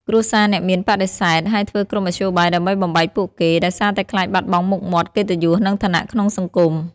គ្រួសារអ្នកមានបដិសេធ ហើយធ្វើគ្រប់មធ្យោបាយដើម្បីបំបែកពួកគេ ដោយសារតែខ្លាចបាត់បង់មុខមាត់ កិត្តិយស និងឋានៈក្នុងសង្គម។